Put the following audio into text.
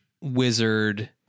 wizard